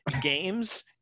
games